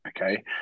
okay